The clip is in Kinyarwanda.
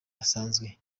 basanzwe